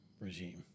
regime